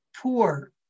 poor